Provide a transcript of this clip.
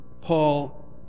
Paul